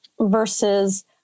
versus